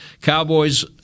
Cowboys